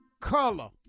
color